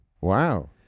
wow